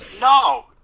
No